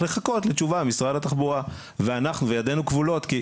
לחכות לתשובה ממשרד התחבורה וידינו כבולות,